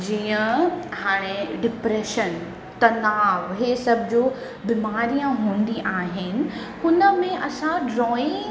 जीअं हाणे डिप्रेशन तनाव इहे सभु जो बीमारिया हूंदी आहिनि हुन में असां ड्रॉइंग